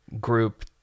group